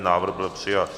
Návrh byl přijat.